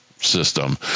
System